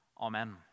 Amen